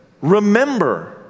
remember